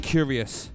Curious